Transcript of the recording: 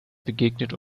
begegnet